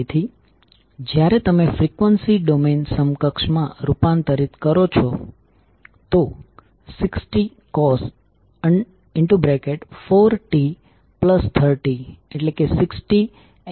હવે અહી કોઇલની કન્સ્ટ્રકશન ની વિગતો બતાવવું એ કઈ સરળ નથી એટલે કે બંને કોઇલ ફિઝિકલી કેવી રીતે બાઉન્ડ છે તે દર્શાવવું